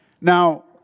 Now